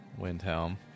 Windhelm